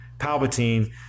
Palpatine